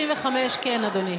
35, כן, אדוני.